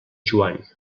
joan